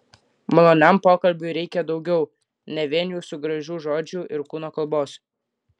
maloniam pokalbiui reikia daugiau ne vien jūsų gražių žodžių ir kūno kalbos